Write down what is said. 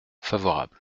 favorable